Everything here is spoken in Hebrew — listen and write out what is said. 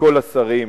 מכל השרים,